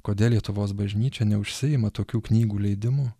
kodėl lietuvos bažnyčia neužsiima tokių knygų leidimu